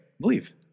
Believe